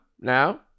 now